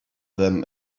them